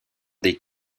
des